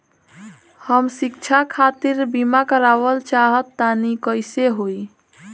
हम शिक्षा खातिर बीमा करावल चाहऽ तनि कइसे होई?